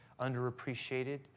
underappreciated